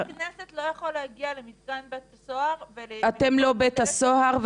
חבר כנסת לא יכול להגיע למתקן בית הסוהר --- אתם לא בית הסוהר,